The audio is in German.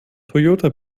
toyota